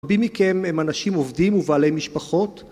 רבים מכם הם אנשים עובדים ובעלי משפחות